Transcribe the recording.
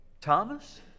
thomas